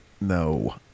No